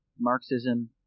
Marxism